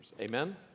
Amen